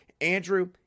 Andrew